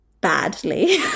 badly